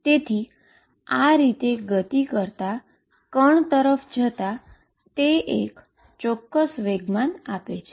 તેથી આ રીતે ગતિ કરતાં પાર્ટીકલ તરફ જતા તે એક ચોક્કસ મોમેન્ટમ આપે છે